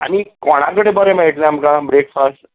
आनी कोणा कडेन बरें मेळटलें आमकां ब्रेकफास्ट